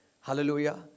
Hallelujah